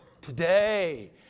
today